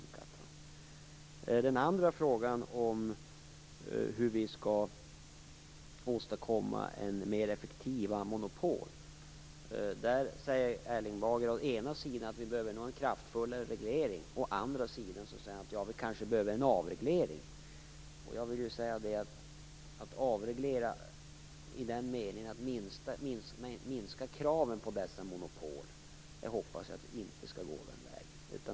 När det gäller frågan om hur vi skall åstadkomma mer effektiva monopol säger Erling Bager å ena sidan att vi behöver en kraftfullare reglering. Å andra sidan säger han att vi kanske behöver en avreglering. Jag hoppas inte att vi skall gå den väg som innebär en avreglering i den meningen att man minskar kraven på dessa monopol.